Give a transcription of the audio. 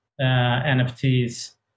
nfts